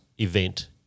event